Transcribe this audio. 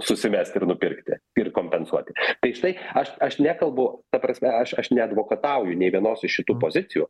susimesti ir nupirkti ir kompensuoti tai štai aš aš nekalbu ta prasme aš aš neadvokatauju nei vienos iš šitų pozicijų